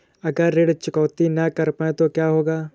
अगर ऋण चुकौती न कर पाए तो क्या होगा?